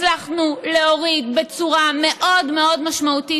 הצלחנו להוריד בצורה מאוד מאוד משמעותית,